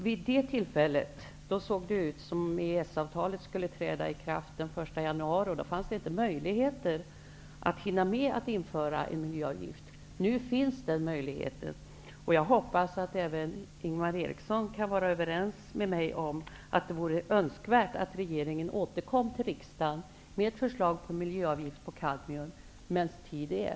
Vid det tillfället såg det ut som om EES-avtalet skulle träda i kraft den 1 januari, och då fanns det inte någon möjlighet att hinna med att införa en miljöavgift. Nu finns den möjligheten, och jag hoppas att även Ingvar Eriksson kan vara överens med mig om att det vore önskvärt att regeringen återkom till riksdagen med förslag på miljöavgift på kadmium medan tid är.